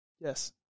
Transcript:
Yes